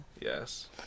Yes